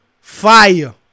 fire